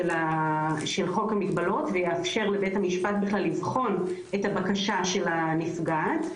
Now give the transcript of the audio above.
חוק המגבלות ויאפשר לבית המשפט בכלל לבחון את הבקשה של הנפגעת.